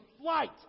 flight